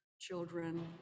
children